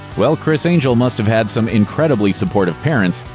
well, criss angel must have had some incredibly supportive parents,